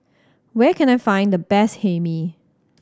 where can I find the best Hae Mee